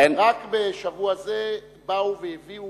רק בשבוע זה הביאו